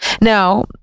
Now